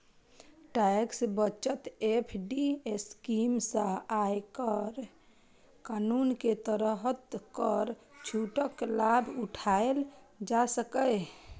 tax बचत FD scheme सं आयकर कानून के तहत कर छूटक लाभ उठाएल जा सकैए